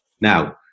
now